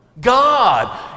God